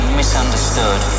misunderstood